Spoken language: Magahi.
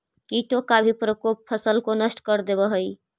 कीटों का भी प्रकोप फसल को नष्ट कर देवअ हई